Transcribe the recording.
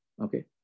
Okay